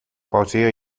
pauzeer